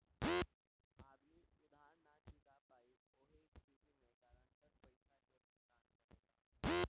आदमी उधार ना चूका पायी ओह स्थिति में गारंटर पइसा के भुगतान करेलन